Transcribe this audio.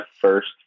first